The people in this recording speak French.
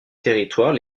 territoires